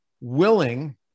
willing